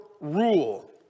rule